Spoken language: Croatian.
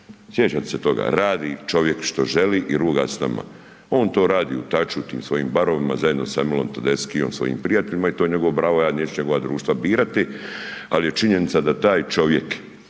sjećate se toga, radi čovjek što želi i ruga s nama. On to radi u taču u tim svojim barovima zajedno sa Emilom Tedeskijom i svojim prijateljima i to je njegovo pravo, ja neću njegova društva birati, ali je činjenica da taj čovjek